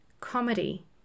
comedy